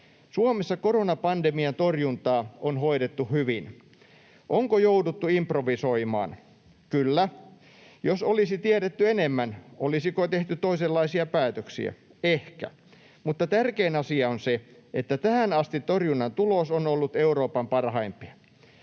”Suomessa koronapandemian torjuntaa on hoidettu hyvin. Onko jouduttu improvisoimaan? Kyllä. Jos olisi tiedetty enemmän, olisiko tehty toisenlaisia päätöksiä? Ehkä. Mutta tärkein asia on se, että tähän asti torjunnan tulos on ollut Euroopan parhaimpia.